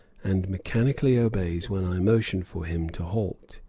and mechanically obeys when i motion for him to halt.